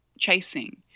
chasing